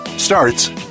starts